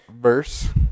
verse